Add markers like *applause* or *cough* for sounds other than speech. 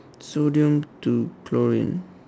sodium to chlorine *breath*